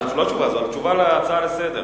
לא התשובה הזאת, התשובה על ההצעה לסדר-היום.